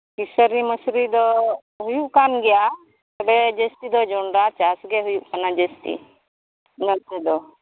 ᱠᱷᱤᱥᱟᱹᱨᱤ ᱢᱟᱥᱨᱤ ᱫᱚ ᱦᱩᱭᱩᱜ ᱠᱟᱱ ᱜᱮᱭᱟ ᱛᱚᱵᱮ ᱡᱟᱹᱥᱛᱤ ᱫᱚ ᱡᱚᱱᱰᱨᱟ ᱪᱟᱥ ᱜᱮ ᱦᱩᱭᱩᱜ ᱠᱟᱱᱟ ᱡᱟᱹᱥᱛᱤ ᱱᱚᱛᱮ ᱫᱚ